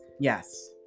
Yes